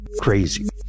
crazy